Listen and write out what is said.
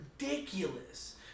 ridiculous